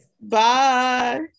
Bye